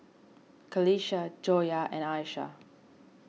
Qalisha Joyah and Aishah